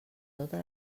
tota